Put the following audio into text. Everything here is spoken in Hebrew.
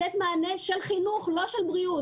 יש לתת מענה של חינוך, לא של בריאות.